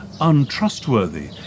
untrustworthy